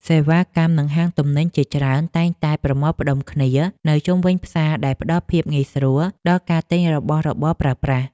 សេវាកម្ម និងហាងទំនិញជាច្រើនតែងតែប្រមូលផ្តុំគ្នានៅជុំវិញផ្សារដែលផ្តល់ភាពងាយស្រួលដល់ការទិញរបស់របរប្រើប្រាស់។